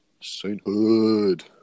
Sainthood